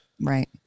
right